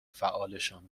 فعالشان